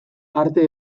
arte